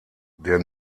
der